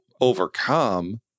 overcome